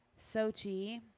Sochi